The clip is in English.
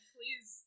Please